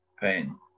pain